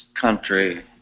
country